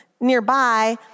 nearby